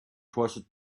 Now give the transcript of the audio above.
crossed